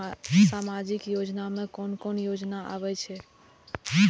सामाजिक योजना में कोन कोन योजना आबै छै?